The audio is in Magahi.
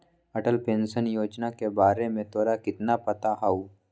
अटल पेंशन योजना के बारे में तोरा कितना पता हाउ?